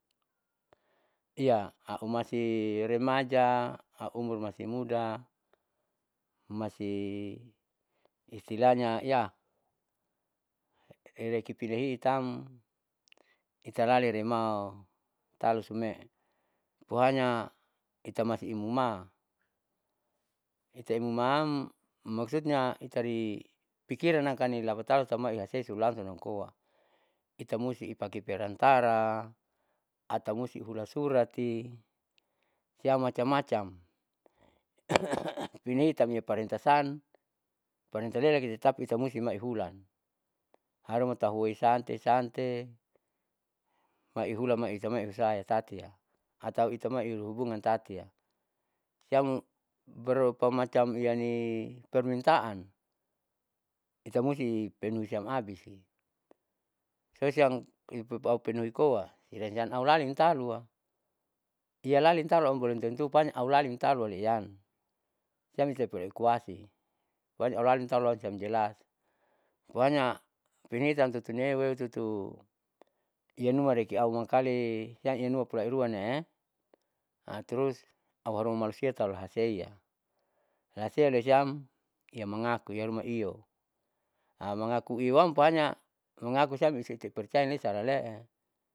Iya au masi remaja au umur masi muda masi istilahnya iya, ireki pinahiit tam italali rema italisiamme'e pohanya itamasi imuma itaeumumaam maksudnya itari pikiran nakani lapatautama easesu langsung namkoa ita musti ipaki perantara atamusti hulasuratti siam macam macam pinahiittam ia parentasan, parenta ialagi tetap itai musti maihulan haruma tahuwesante sante maihula maitaima erusayatatiya atau itaimai euhubungan tatiya. siam berupa macam iyani permintaan itamusti penuhi siam abisi sosiam aupenuhi koa sedangkan aulalin talu'a ialalin talua balom tentu paling aulaling taluauweiyan siam tapoleaukoasi pohanya aulaling talusiam jelas pohanya pinahiit siam tutunieu'e tutu iyanuma reki aumangkali siam eunuma polairuaneiye terus auharuma malusia talahaseiya hasia lesiam iya mangaku iyaruma iyo mangaku iyoam pohanya mangaku siam isatipercaya lesa alale'e.